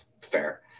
fair